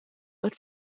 but